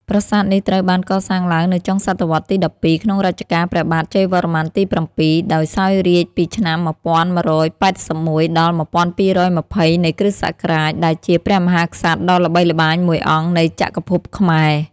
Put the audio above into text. ប្រាសាទនេះត្រូវបានកសាងឡើងនៅចុងសតវត្សរ៍ទី ១២ ក្នុងរជ្ជកាលព្រះបាទជ័យវរ្ម័នទី ៧ ដែលសោយរាជ្យពីឆ្នាំ ១១៨១ - ១២២០ នៃគ.ស. ដែលជាព្រះមហាក្សត្រដ៏ល្បីល្បាញមួយអង្គនៃចក្រភពខ្មែរ។